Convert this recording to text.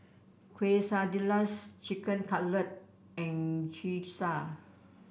Quesadillas Chicken Cutlet and Gyoza